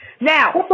Now